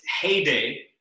heyday